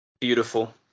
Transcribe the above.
Beautiful